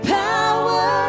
power